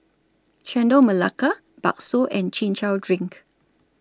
Chendol Melaka Bakso and Chin Chow Drink